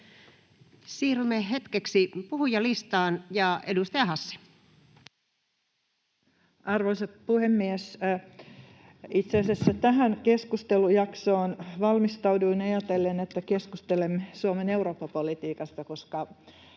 talousarvioksi vuodelle 2022 Time: 10:51 Content: Arvoisa puhemies! Itse asiassa tähän keskustelujaksoon valmistauduin ajatellen, että keskustelemme Suomen Eurooppa-politiikasta, koska